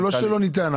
לא, לא שלא ניתן.